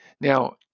Now